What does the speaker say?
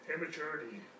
immaturity